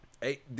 Hey